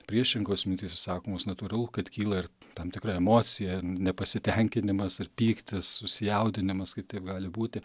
priešingos mintys išsakomos natūralu kad kyla ir tam tikra emocija nepasitenkinimas ar pyktis susijaudinimas kai taip gali būti